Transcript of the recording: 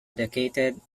educated